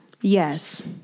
Yes